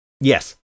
Yes